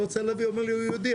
רוצה להביא אומר לי הוא יהודי.